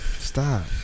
Stop